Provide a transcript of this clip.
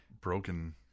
broken